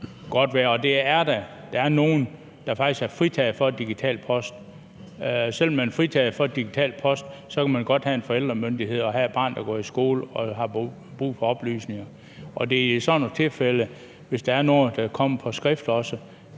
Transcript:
det er der, nogle, der faktisk er fritaget for digital post. Selv om man er fritaget for digital post, kan man godt have forældremyndighed og have et barn, der går i skole, og have brug for oplysninger. Kommer det i sådan nogle tilfælde på skrift, eller er det kun